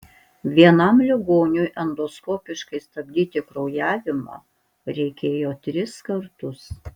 vienam ligoniui endoskopiškai stabdyti kraujavimą reikėjo tris kartus